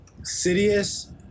Sidious